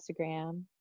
Instagram